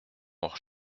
hors